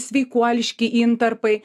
sveikuoliški intarpai